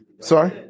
Sorry